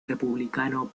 republicano